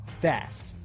fast